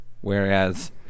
whereas